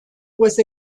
was